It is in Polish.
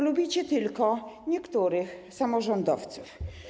Lubicie tylko niektórych samorządowców.